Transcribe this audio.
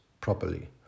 properly